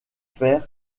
fer